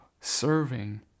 serving